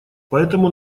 поэтому